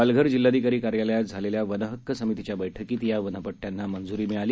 पालघर जिल्ह्याधिकारी कार्यालयात झालेल्या वनहक्क समितीच्या बैठकीत या वनपट्ट्यांना मंज्री मिळाली